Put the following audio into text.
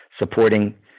supporting